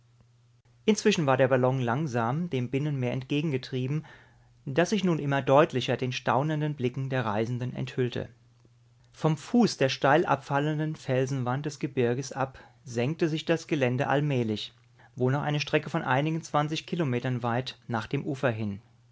inzwischen war der ballon langsam dem binnenmeer entgegengetrieben das sich nun immer deutlicher den staunenden blicken der reisenden enthüllte vom fuß der steil abfallenden felsenwand des gebirges ab senkte sich das gelände allmählich wohl noch eine strecke von einigen zwanzig kilometern weit nach dem ufer hin